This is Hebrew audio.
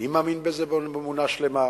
אני מאמין בזה באמונה שלמה,